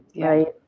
right